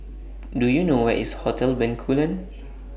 Do YOU know Where IS Hotel Bencoolen